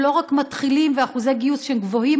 הם לא רק מתחילים באחוזי גיוס גבוהים